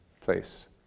place